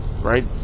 right